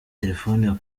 telefone